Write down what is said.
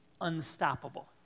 unstoppable